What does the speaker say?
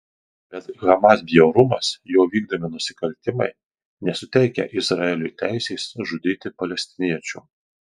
bet hamas bjaurumas jo vykdomi nusikaltimai nesuteikia izraeliui teisės žudyti palestiniečių